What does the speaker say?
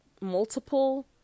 multiple